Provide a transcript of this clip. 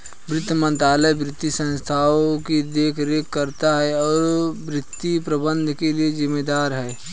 वित्त मंत्रालय वित्तीय संस्थानों की देखरेख करता है और वित्तीय प्रबंधन के लिए जिम्मेदार है